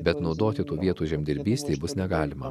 bet naudoti tų vietų žemdirbystei bus negalima